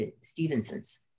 Stevenson's